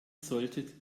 solltet